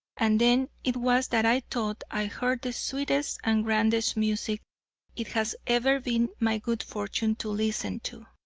and then it was that i thought i heard the sweetest and grandest music it has ever been my good fortune to listen to.